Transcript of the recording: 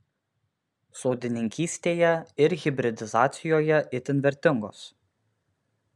sodininkystėje ir hibridizacijoje itin vertingos